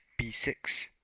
b6